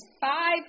five